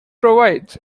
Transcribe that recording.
provides